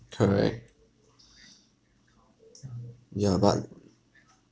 correct ya but